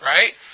Right